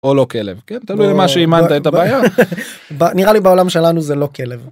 או לא כלב כן תלוי מה שאימנת את הבעיה נראה לי בעולם שלנו זה לא כלב.